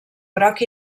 groc